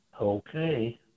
Okay